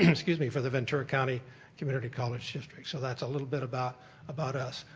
excuse me, for the ventura county community college district. so that's a little bit about about us.